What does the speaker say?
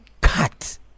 cut